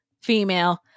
female